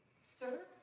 Sir